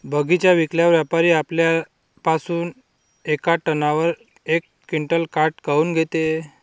बगीचा विकल्यावर व्यापारी आपल्या पासुन येका टनावर यक क्विंटल काट काऊन घेते?